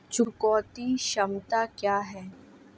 चुकौती क्षमता क्या है?